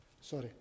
Sorry